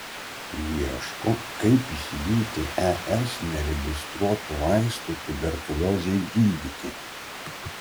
ieško kaip įsigyti es neregistruotų vaistų tuberkuliozei gydyti